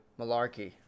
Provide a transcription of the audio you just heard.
Malarkey